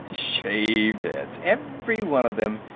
shaved heads, every one of them.